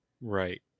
Right